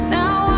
now